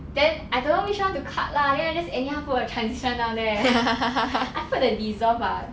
then I don't know which one to cut lah then I just anyhow put a transition down there I put at part